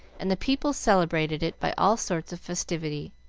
and the people celebrated it by all sorts of festivity.